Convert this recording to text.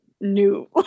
new